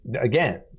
again